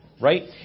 right